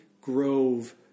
grove